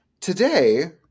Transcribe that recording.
Today